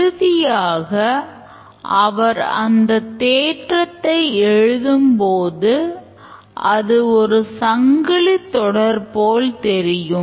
இறுதியாக அவர் அந்த தேற்றத்தை எழுதும்போது அது ஒரு சங்கிலித்தொடர் போல தெரியும்